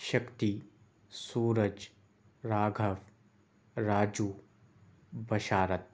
Shakti Suraj Raghu Raju Basharat